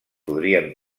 podrien